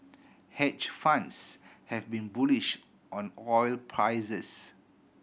hedge funds have been bullish on oil prices